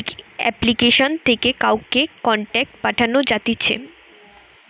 application থেকে কাউকে contact পাঠানো যাতিছে